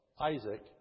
Isaac